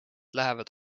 lähevad